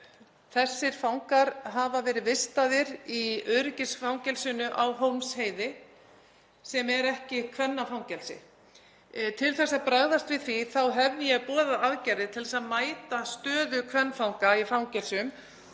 þessir fangar hafi verið vistaðir í öryggisfangelsinu á Hólmsheiði sem er ekki kvennafangelsi. Til að bregðast við því hef ég boðað aðgerðir til að mæta stöðu kvenfanga í fangelsum